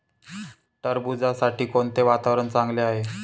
टरबूजासाठी कोणते वातावरण चांगले आहे?